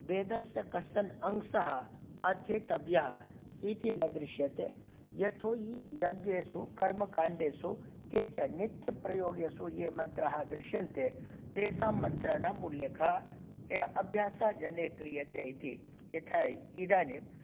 वेदस्य कश्चन अंशः अध्येतव्यः इति न दृश्यते यतो हि यज्ञेषु कर्मकाण्डेषु किञ्च नित्यप्रयोगेषु ये मन्त्राः दृश्यन्ते तेषां मन्त्राणाम् उल्लेखः यः अभ्यासः जनैः क्रियते इति यथा इदानीं